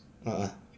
a'ah